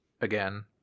again